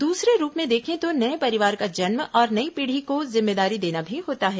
दूसरे रूप में देखें तो नए परिवार का जन्म और नई पीढ़ी को जिम्मेदारी देना भी होता है